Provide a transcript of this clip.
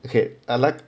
okay I like